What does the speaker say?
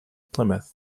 plymouth